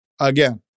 Again